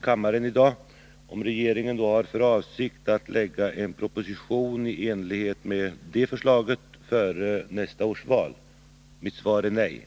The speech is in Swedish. kammarens bifall i dag. Hans fråga gällde om regeringen i så fall har för avsikt att lägga fram en proposition i enlighet med det socialdemokratiska förslaget före nästa års val. Mitt svar är nej.